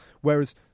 whereas